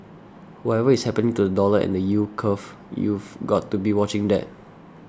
whatever is happening to the dollar and the yield curve you've got to be watching that